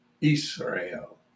Israel